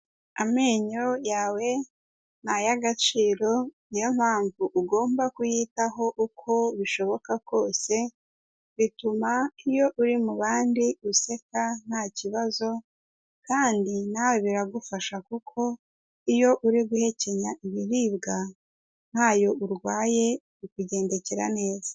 Amenyo yawe ni ay'agaciro niyo mpamvu ugomba kuyitaho uko bishoboka kose, bituma iyo uri mu bandi useka nta kibazo, kandi nawe biragufasha kuko iyo uri guhekenya ibiribwa ntayo urwaye bikukugendekera neza.